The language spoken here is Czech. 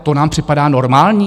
To nám připadá normální?